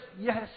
Yes